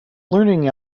learning